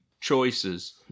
choices